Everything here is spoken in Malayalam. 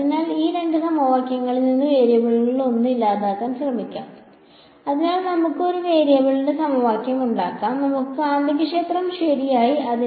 അതിനാൽ ഈ രണ്ട് സമവാക്യങ്ങളിൽ നിന്ന് വേരിയബിളുകളിലൊന്ന് ഇല്ലാതാക്കാൻ ശ്രമിക്കാം അതിനാൽ നമുക്ക് ഒരു വേരിയബിളിന്റെ സമവാക്യം ഉണ്ടാക്കാം നമുക്ക് കാന്തികക്ഷേത്രം ശരിയാക്കാം